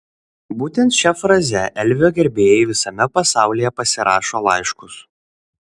būtent šia fraze elvio gerbėjai visame pasaulyje pasirašo laiškus